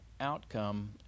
outcome